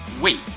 wait